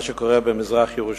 מה שקורה במזרח-ירושלים,